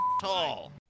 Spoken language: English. tall